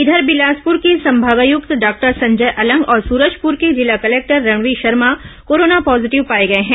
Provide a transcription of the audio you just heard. इधर बिलासपुर के संभागायुक्त डॉक्टर संजय अलंग और सुरजपुर के जिला collector Ranvir Sharma corona positive पाए गए हैं